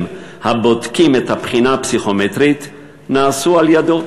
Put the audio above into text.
הבודקים את הבחינה הפסיכומטרית נעשו על-ידיו,